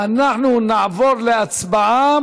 אנחנו נעבור להצבעה,